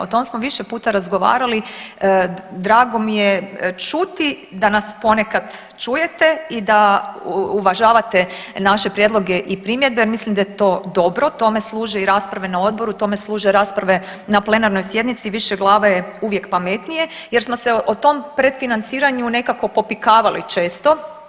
O tom smo više puta razgovarali, drago mi je čuti da nas ponekad čujete i da uvažavate naše prijedloge i primjedbe jer mislim da je to dobro, tome služe i rasprave na odboru, tome službe rasprave na plenarnoj sjednici, više glave je uvijek pametnije jer smo se o tom pred financiranju nekako popikavali često.